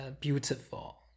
beautiful